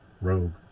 Rogue